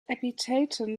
epitheton